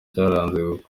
cyaranze